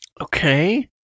Okay